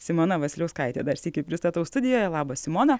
simona vasiliauskaitė dar sykį pristatau studijoje labas simona